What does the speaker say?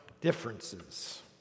differences